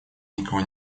никого